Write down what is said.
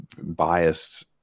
biased